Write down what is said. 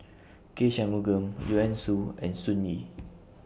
K Shanmugam Joanne Soo and Sun Yee